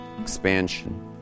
expansion